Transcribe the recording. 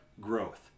growth